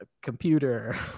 computer